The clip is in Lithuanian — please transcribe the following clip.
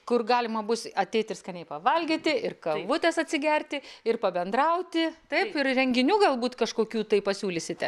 kur galima bus ateit ir skaniai pavalgyti ir karvutės atsigerti ir pabendrauti taip ir renginių galbūt kažkokių tai pasiūlysite